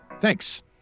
Thanks